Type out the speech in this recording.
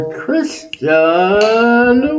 Christian